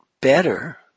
better